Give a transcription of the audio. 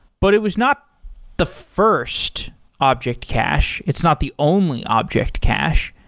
but it was not the first object cache. it's not the only object cache.